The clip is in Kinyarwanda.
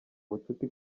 ubucuti